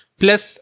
plus